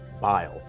bile